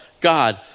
God